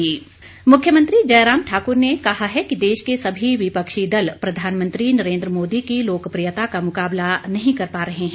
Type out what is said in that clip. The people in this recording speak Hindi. मुख्यमंत्री मुख्यमंत्री जयराम ठाक्र ने कहा है कि देश के सभी विपक्षी दल प्रधानमंत्री नरेन्द्र मोदी की लोकप्रियता का मुकाबला नहीं कर पा रहे हैं